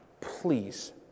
Please